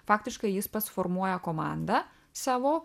faktiškai jis pats formuoja komandą savo